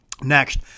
Next